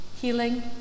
healing